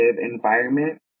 environment